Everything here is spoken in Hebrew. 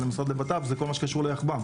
של המשרד לבט"פ זה כל מה שקשור ליחב"מ.